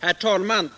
Herr talman!